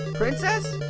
princess?